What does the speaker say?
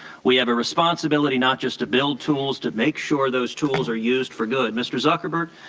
we have a responsibility not just to build tools, to make sure those tools are used for good, mr. zuckerberg,